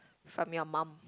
from your mum